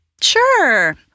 Sure